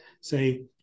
say